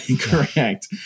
Correct